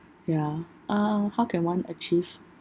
ya uh how can one achieve